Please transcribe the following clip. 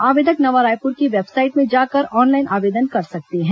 आवेदक नवा रायपुर की वेबसाइट में जाकर ऑनलाइन आवेदन कर सकते हैं